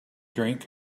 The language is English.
drink